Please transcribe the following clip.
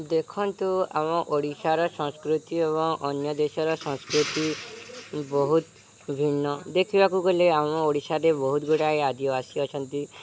ଦେଖନ୍ତୁ ଆମ ଓଡ଼ିଶାର ସଂସ୍କୃତି ଏବଂ ଅନ୍ୟ ଦେଶର ସଂସ୍କୃତି ବହୁତ ଭିନ୍ନ ଦେଖିବାକୁ ଗଲେ ଆମ ଓଡ଼ିଶାରେ ବହୁତ ଗୁଡ଼ାଏ ଆଦିବାସୀ ଅଛନ୍ତି